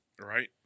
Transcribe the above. Right